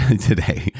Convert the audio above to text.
today